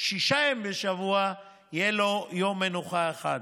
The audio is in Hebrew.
שישה ימים בשבוע יהיה לו יום מנוחה אחד.